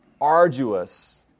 arduous